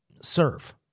serve